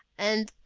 and,